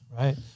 Right